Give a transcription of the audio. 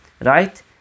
Right